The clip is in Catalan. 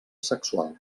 sexual